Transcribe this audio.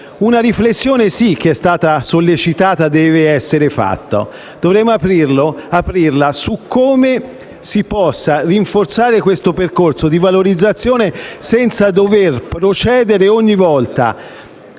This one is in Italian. Una riflessione, sì, che è stata sollecitata deve essere fatta. E dovremmo aprirla su come si possa rinforzare il percorso di valorizzazione senza dover procedere ogni volta